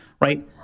right